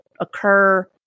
occur